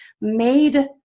made